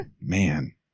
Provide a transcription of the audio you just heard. man